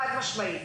חד משמעית.